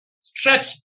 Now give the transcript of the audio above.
Stretch